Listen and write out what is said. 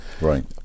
Right